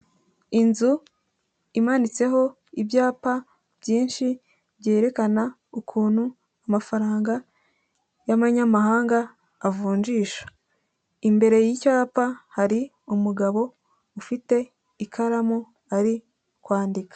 Inzu imanitseho ibyapa byinshi byerekana ukuntu amafaranga y'amanyamahanga avunjisha, imbere y'icyapa hari umugabo ufite ikaramu ari kwandika.